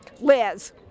Liz